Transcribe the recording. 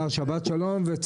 הישיבה ננעלה בשעה 14:55.